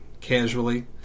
casually